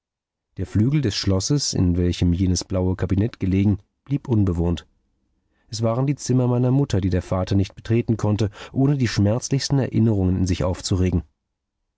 der flügel des schlosses in welchem jenes blaue kabinett gelegen blieb unbewohnt es waren die zimmer meiner mutter die der vater nicht betreten konnte ohne die schmerzlichsten erinnerungen in sich aufzuregen